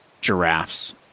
giraffes